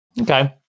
Okay